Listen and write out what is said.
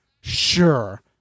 Sure